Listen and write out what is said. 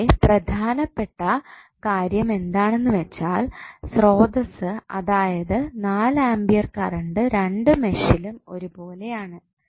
ഇവിടെ പ്രധാനപ്പെട്ട കാര്യം എന്താണെന്ന് വെച്ചാൽ സ്രോതസ്സ് അതായത് 4 ആമ്പിയർ കറണ്ട് രണ്ട് മെഷിലും ഒരു പോലെയാണ്